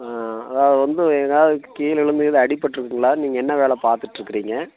ஆ அதாது வந்து ஏதாவது கீழே விழுந்து கிழுந்து அடிப்பட்டிருக்குங்களா நீங்கள் என்ன வேலை பாத்துகிட்ருக்கிறீங்க